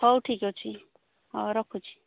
ହଉ ଠିକ୍ ଅଛି ହଁ ରଖୁଛି